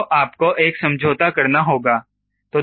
तो आपको एक समझौता करना होगा